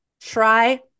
Try